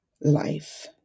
life